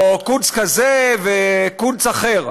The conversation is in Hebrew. או קונץ כזה וקונץ אחר.